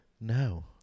No